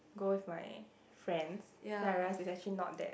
go with my friends then I realized is actually not that